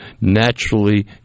naturally